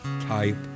type